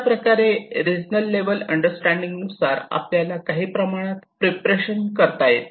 अशाप्रकारे regional level understanding नुसार आपल्याला काही प्रमाणात प्रिपरेशन करता येते